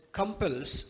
compels